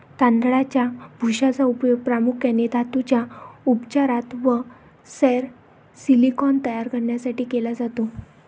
तांदळाच्या भुशाचा उपयोग प्रामुख्याने धातूंच्या उपचारात व सौर सिलिकॉन तयार करण्यासाठी केला जातो